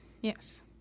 Yes